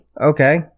Okay